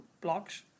blocks